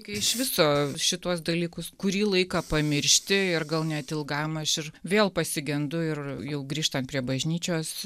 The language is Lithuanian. iš viso šituos dalykus kurį laiką pamiršti ir gal net ilgam aš ir vėl pasigendu ir jau grįžtant prie bažnyčios